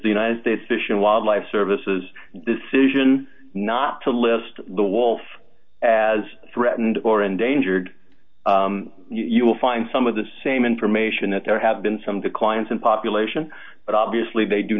the united states fish and wildlife services decision not to list the wolf as threatened or endangered you will find some of the same information that there have been some declines in population but obviously they do